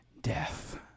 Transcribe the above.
Death